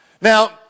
Now